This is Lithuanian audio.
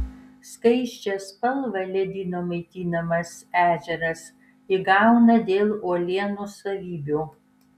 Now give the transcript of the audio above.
skaisčią spalvą ledyno maitinamas ežeras įgauna dėl uolienų savybių